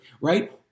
right